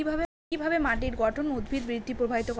কিভাবে মাটির গঠন উদ্ভিদ বৃদ্ধি প্রভাবিত করে?